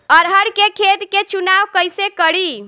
अरहर के खेत के चुनाव कईसे करी?